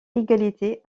égalité